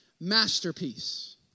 masterpiece